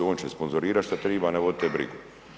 On će sponzorirati što treba, ne vodite brigu.